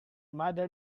mother